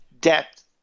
depth